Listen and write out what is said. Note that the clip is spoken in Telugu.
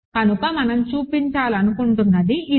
కనుక మనం చూపించాలనుకున్నది ఇదే